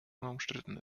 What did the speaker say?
unumstritten